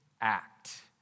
act